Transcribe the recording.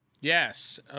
Yes